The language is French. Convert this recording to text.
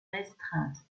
restreinte